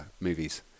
movies